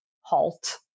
halt